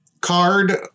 card